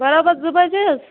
برابر زٕ بَجے حظ